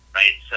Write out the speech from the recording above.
right